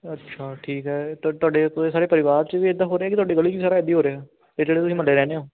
ਅੱਛਾ ਠੀਕ ਹੈ ਤਾਂ ਤੁਹਾਡੇ ਪੂਰੇ ਸਾਰੇ ਪਰਿਵਾਰ 'ਚ ਵੀ ਇੱਦਾਂ ਹੋ ਰਿਹਾ ਕਿ ਤੁਹਾਡੀ ਗਲੀ 'ਚ ਵੀ ਸਾਰਾ ਇੱਦਾਂ ਹੀ ਹੋ ਰਿਹਾ ਅਤੇ ਜਿਹੜੇ ਤੁਸੀਂ ਮਹੱਲੇ 'ਚ ਰਹਿੰਦੇ ਹੋ